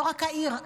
לא רק העיר,